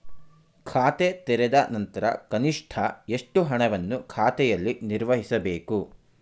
ಖಾತೆ ತೆರೆದ ನಂತರ ಕನಿಷ್ಠ ಎಷ್ಟು ಹಣವನ್ನು ಖಾತೆಯಲ್ಲಿ ನಿರ್ವಹಿಸಬೇಕು?